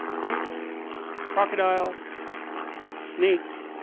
right crocodile snake